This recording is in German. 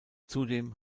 zudem